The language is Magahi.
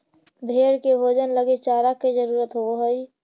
भेंड़ के भोजन लगी चारा के जरूरत होवऽ हइ